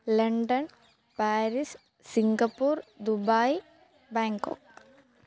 London Paris Singapore Dubai Bangkok